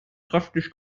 kräftig